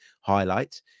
highlights